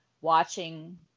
watching